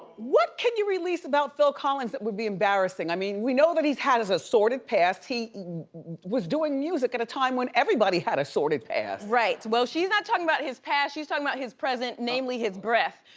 what can you release about phil collins that would be embarrassing? i mean, we know that he's had a sordid past, he was doing music at a time when everybody had a sordid past. right, well, she's not talking about his past, she's talking about his present, namely his breath.